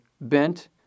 bent